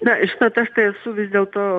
na iškart aš tai esu vis dėlto